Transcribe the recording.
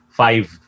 five